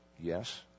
Yes